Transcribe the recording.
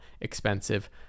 expensive